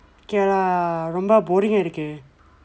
okay lah ரொம்ப:rompa boring இருக்கு:irukku